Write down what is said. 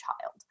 child